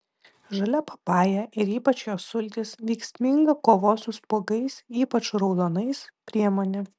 žalia papaja ir ypač jos sultys veiksminga kovos su spuogais ypač raudonais priemonė